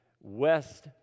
west